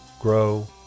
grow